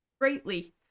greatly